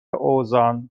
اوزان